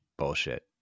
bullshit